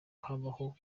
habaho